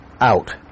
out